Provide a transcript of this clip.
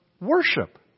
Worship